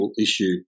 issue